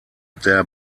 der